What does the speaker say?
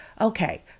Okay